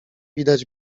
widać